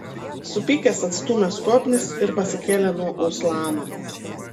supykęs atstūmė skobnis ir pasikėlė nuo uslano